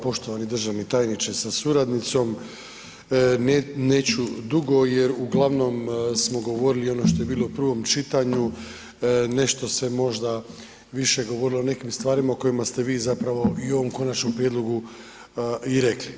Poštovani državni tajniče sa suradnicom, neću dugo jer uglavnom smo govorili i ono što je bilo u prvom čitanju, nešto se možda više govorilo o nekim stvarima o kojima ste vi zapravo i u ovom konačnom prijedlogu i rekli.